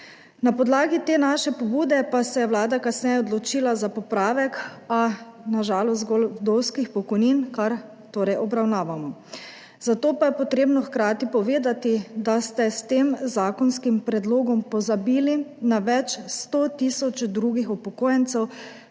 Na podlagi te naše pobude pa se je Vlada kasneje odločila za popravek, a na žalost zgolj vdovskih pokojnin, kar torej obravnavamo. Zato pa je treba hkrati povedati, da ste s tem zakonskim predlogom pozabili na več sto tisoč drugih upokojencev,